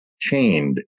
chained